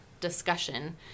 discussion